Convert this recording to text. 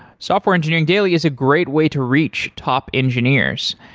software engineering daily is a great way to reach top engineers.